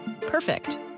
perfect